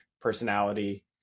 personality